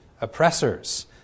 oppressors